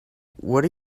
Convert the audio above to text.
what